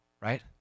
right